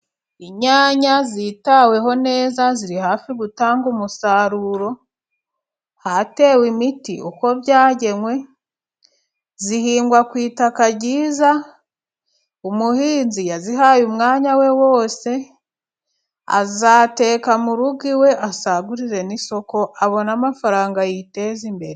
Inyanya zitaweho neza ziri hafi gutanga umusaruro ahatewe imiti uko byagenwe, zihingwa ku itaka ryiza, umuhinzi yazihaye umwanya we wose, azateka mu rugo iwe asagurire n'isoko abona amafaranga yiteza imbere.